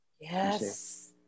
yes